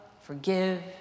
forgive